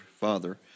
father